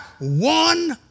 one